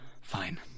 Fine